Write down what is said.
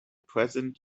present